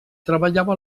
treballava